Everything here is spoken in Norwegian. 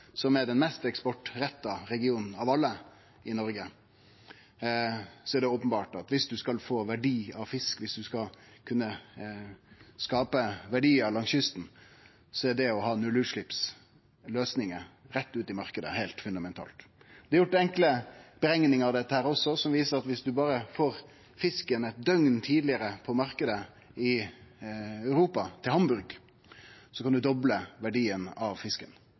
som er den mest eksportretta regionen av alle i Noreg, er det openbert at dersom ein skal få verdi av fisken, dersom ein skal kunne skape verdiar langs kysten, er det å ha nullutsleppsløysingar rett ut i marknaden heilt fundamentalt. Det er gjort enkle utrekningar av dette som viser at dersom ein berre får fisken eit døgn tidlegare på marknaden i Europa, til Hamburg, kan ein doble verdien av fisken.